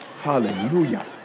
Hallelujah